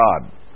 God